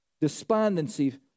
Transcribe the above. despondency